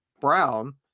Brown